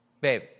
Babe